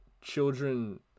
children